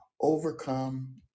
overcome